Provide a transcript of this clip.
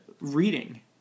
reading